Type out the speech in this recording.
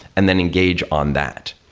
and then engage on that.